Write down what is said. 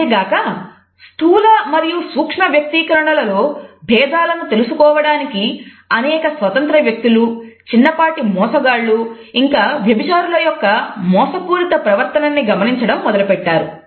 అంతేకాక స్థూల మరియు సూక్ష్మ వ్యక్తీకరణలలో భేదాలను తెలుసుకోవడానికి అనేక స్వతంత్ర వ్యక్తులు చిన్నపాటి మోసగాళ్లు ఇంకా వ్యభిచారుల యొక్క మోసపూరిత ప్రవర్తన ప్రవర్తనని గమనించడం మొదలుపెట్టారు